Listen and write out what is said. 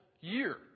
year